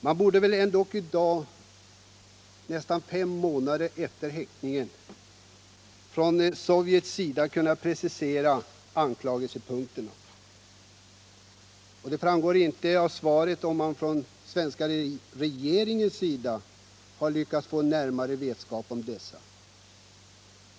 Man borde väl ändock i dag — nästan fem månader efter häktningen = från Sovjets sida kunna precisera anklagelsepunkterna. Det framgår inte av svaret huruvida den svenska regeringen har lyckats få närmare vetskap om dessa.